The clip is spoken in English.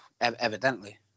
evidently